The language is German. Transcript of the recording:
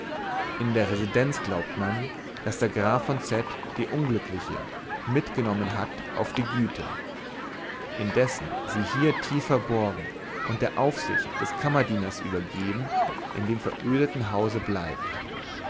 in der residenz glaubt man daß der graf von z die unglückliche mitgenommen hat auf die güter indessen sie hier tiefverborgen und der aufsicht des kammerdieners übergeben in dem verödeten hause bleibt